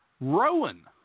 Rowan